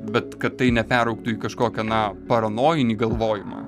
bet kad tai neperaugtų į kažkokią na paranojinį galvojimą